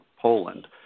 Poland